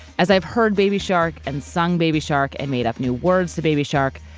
as i've heard baby shark, and sung baby shark, and made up new words to baby shark,